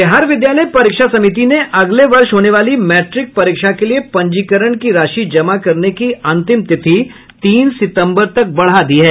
बिहार विद्यालय परीक्षा समिति ने अगले वर्ष होने वाली मैट्रिक परीक्षा के लिये पंजीकरण की राशि जमा करने की अंतिम तिथि तीन सितंबर तक बढ़ा दी है